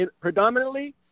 predominantly